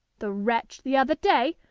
the wretch, the other day,